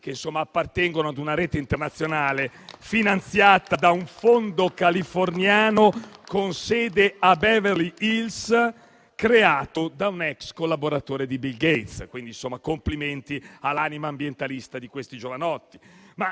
che appartengono ad una rete internazionale finanziata da un fondo californiano con sede a Beverly Hills, creato da un ex collaboratore di Bill Gates. Quindi complimenti all'anima ambientalista di questi giovanotti.